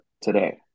today